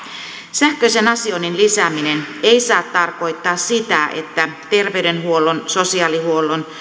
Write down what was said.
sähköisen asioinnin lisääminen ei saa tarkoittaa sitä että terveydenhuollon sosiaalihuollon